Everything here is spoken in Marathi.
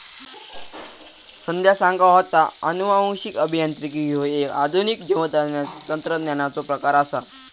संध्या सांगा होता, अनुवांशिक अभियांत्रिकी ह्यो एक आधुनिक जैवतंत्रज्ञानाचो प्रकार आसा